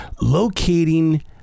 Locating